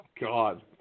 God